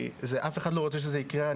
אף אחד לא רוצה שזה יקרה.